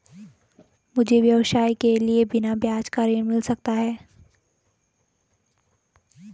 मुझे व्यवसाय के लिए बिना ब्याज का ऋण मिल सकता है?